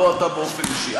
לא אתה באופן אישי.